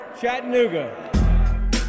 Chattanooga